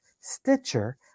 Stitcher